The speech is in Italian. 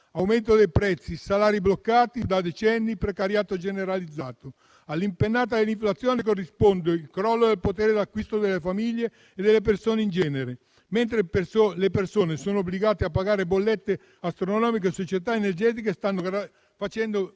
aumento dei prezzi, salari bloccati da decenni, precariato generalizzato. All'impennata dell'inflazione corrisponde il crollo del potere d'acquisto delle famiglie e delle persone in genere e, mentre le persone sono obbligate a pagare bollette astronomiche, le società energetiche stanno facendo